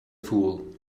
fool